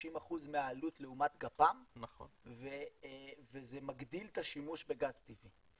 60% מהעלות לעומת גפ"מ וזה מגדיל את השימוש בגז טבעי.